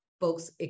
Folks